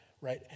right